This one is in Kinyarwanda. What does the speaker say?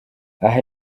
aha